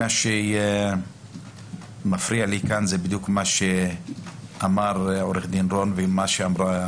מה שמפריע לי כאן זה בדיוק מה שאמר עורך דין רון ומה שאמרה